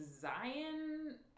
Zion